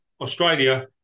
Australia